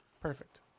Perfect